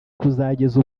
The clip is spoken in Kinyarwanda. kuzageza